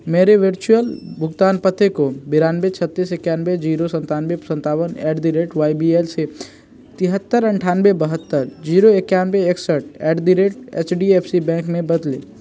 मेरे वर्चुअल भुगतान पते को बानवे छ्त्तीस इक्यानबे जीरो सत्तानवे सत्तावन at the rate Y B L से तिहत्तर अट्ठानवे बहत्तर जीरो इक्याबन इकसठ at the rate H D F C bank में बदलें